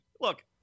Look